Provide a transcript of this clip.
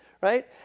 right